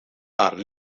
are